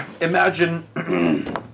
Imagine